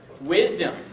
Wisdom